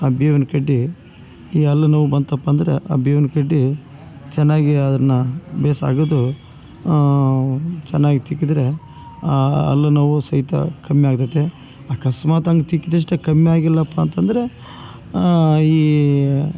ಆ ಬೇವಿನ ಕಡ್ಡಿ ಈ ಹಲ್ಲುನೋವು ಬಂತಪ್ಪಂದರೆ ಆ ಬೇವಿನ ಕಡ್ಡಿ ಚೆನ್ನಾಗಿ ಅದನ್ನು ಬೇಸಾಗದು ಚೆನ್ನಾಗಿ ತಿಕ್ಕಿದರೆ ಹಲ್ಲುನೋವು ಸಹಿತ ಕಮ್ಮಿ ಆಗ್ತೈತೆ ಆಕಸ್ಮಾತು ಹಂಗೆ ತಿಕ್ಕಿದ್ದಷ್ಟೆ ಕಮ್ಮಿ ಆಗಿಲ್ಲಪ್ಪ ಅಂತಂದರೆ ಈ